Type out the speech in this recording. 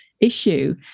issue